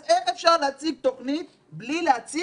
אז איך אפשר להציג תוכנית בלי להציג